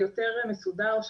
יותר מסודר,